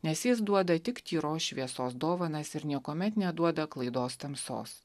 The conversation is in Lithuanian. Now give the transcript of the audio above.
nes jis duoda tik tyros šviesos dovanas ir niekuomet neduoda klaidos tamsos